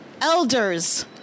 elders